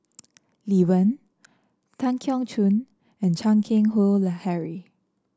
Lee Wen Tan Keong Choon and Chan Keng Howe Harry